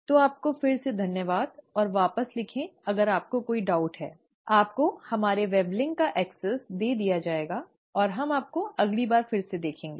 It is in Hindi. तो आपको फिर से धन्यवाद और वापस लिखें अगर आपको कोई डाउट है आपको हमारे वेबलिंक का एक्सेस दे दिया जाएगा और हम आपको अगली बार फिर से देखेंगे